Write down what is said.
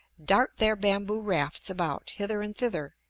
dart their bamboo rafts about hither and thither,